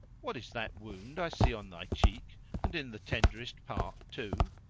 what is that wound i see on thy cheek and in the tenderest part too?